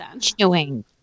chewing